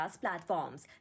platforms